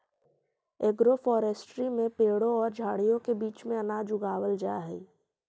agroforestry में पेड़ों और झाड़ियों के बीच में अनाज उगावाल जा हई